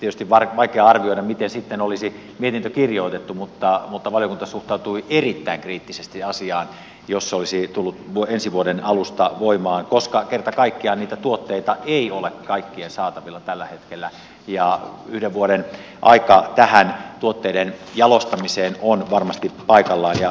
tietysti on vaikea arvioida miten sitten olisi mietintö kirjoitettu mutta valiokunta suhtautui erittäin kriittisesti asiaan jos se olisi tullut ensi vuoden alusta voimaan koska kerta kaikkiaan niitä tuotteita ei ole kaikkien saatavilla tällä hetkellä ja yhden vuoden aika tähän tuotteiden jalostamiseen on varmasti paikallaan ja täysin välttämätön